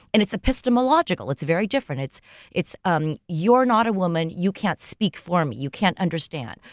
and it's epistemological, it's very different. it's it's um you're not a woman, you can't speak for me, you can't understand.